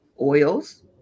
Oils